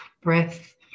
breath